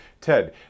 Ted